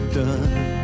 done